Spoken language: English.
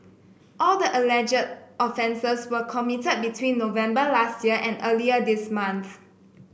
all the alleged offences were committed between November last year and earlier this month